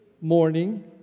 morning